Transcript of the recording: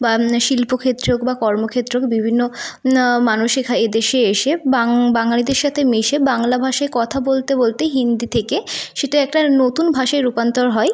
বা শিল্পক্ষেত্রে হোক বা কর্মক্ষেত্রে হোক বিভিন্ন মানসিক এদেশে এসে বাঙালিদের সাথে মিশে বাংলা ভাষায় কথা বলতে বলতে হিন্দি থেকে সেটা একটা নতুন ভাষায় রূপান্তর হয়